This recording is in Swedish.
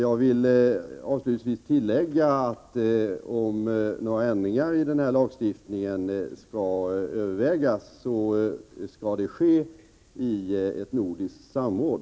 Avslutningsvis vill jag tillägga att om några ändringar i lagstiftningen skall övervägas, bör detta ske i ett nordiskt samråd.